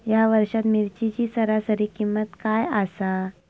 या वर्षात मिरचीची सरासरी किंमत काय आसा?